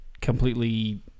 completely